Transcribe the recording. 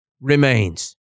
remains